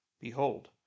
behold